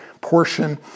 portion